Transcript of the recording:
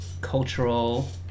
cultural